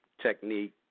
technique